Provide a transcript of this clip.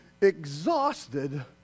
exhausted